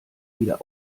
wieder